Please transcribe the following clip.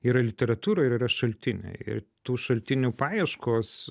yra literatūra ir yra šaltiniai ir tų šaltinių paieškos